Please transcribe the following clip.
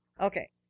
Okay